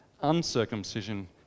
Uncircumcision